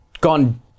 gone